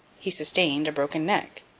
he sustained a broken neck.